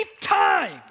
time